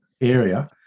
area